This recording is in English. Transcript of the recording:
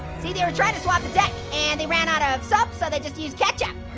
see, they were trying to swab the deck, and they ran out ah of soap so they just used ketchup.